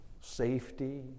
safety